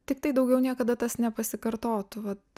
tiktai daugiau niekada tas nepasikartotų vat